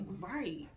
right